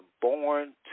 born